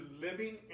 living